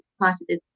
positive